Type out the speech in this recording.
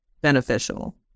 beneficial